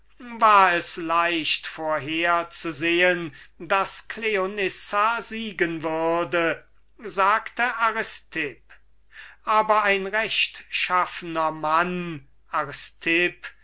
war es leicht vorherzusehen daß cleonissa siegen würde sagte aristipp aber ein rechtschaffener mann